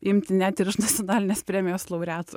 imti net ir iš nacionalinės premijos laureatų